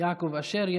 יעקב אשר.